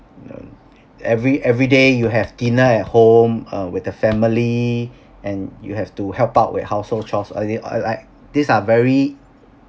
every everyday you have dinner at home uh with the family and you have to help out with household chores uh it uh like these are very